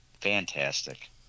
Fantastic